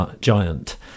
giant